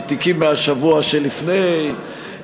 מעתיקים מהשבוע שלפני,